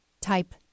type